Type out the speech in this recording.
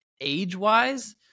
age-wise